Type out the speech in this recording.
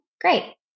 great